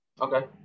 Okay